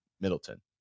Middleton